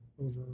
over